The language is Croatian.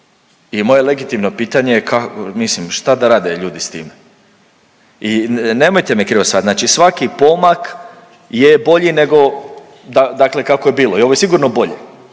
mislim šta da rade ljudi s tim? I nemojte me krivo shvatiti, znači svaki pomak je bolji nego dakle kako je bilo i ovo je sigurno bolje,